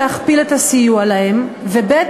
להכפיל את הסיוע להם, ב.